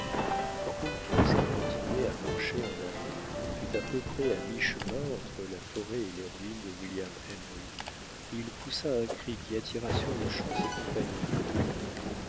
quand uncas qui continuait à marcher en avant fut à peu près à mi-chemin entre la forêt et les ruines de william henry il poussa un cri qui attira sur-le-champ ses compagnons près de lui